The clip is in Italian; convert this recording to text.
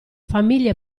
famiglie